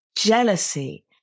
jealousy